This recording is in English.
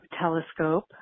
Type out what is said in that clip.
Telescope